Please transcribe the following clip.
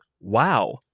wow